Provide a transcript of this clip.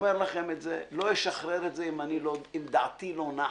אומר לכם את זה, לא אשחרר את זה אם דעתי לא נחה.